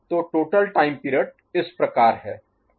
तो total time period इस प्रकार है